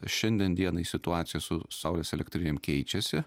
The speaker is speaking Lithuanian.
šiandien dienai situacija su saulės elektrinėm keičiasi